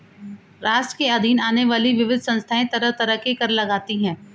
राष्ट्र के अधीन आने वाली विविध संस्थाएँ तरह तरह के कर लगातीं हैं